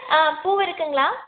ஆ பூவு இருக்குங்களா